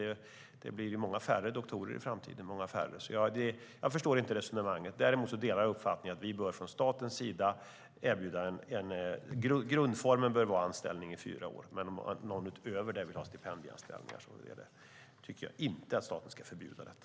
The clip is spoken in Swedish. Det blir mycket färre doktorer i framtiden. Jag förstår alltså inte resonemanget. Däremot delar jag uppfattningen att vi från statens sida bör erbjuda en anställning i fyra år. Det bör vara grundformen, men om någon utöver detta vill ha stipendieanställningar så tycker jag inte att staten ska förbjuda detta.